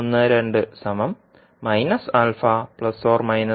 എന്നിവയും സ്ഥാപിച്ചു